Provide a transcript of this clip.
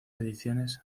ediciones